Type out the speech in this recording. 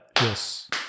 Yes